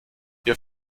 ihr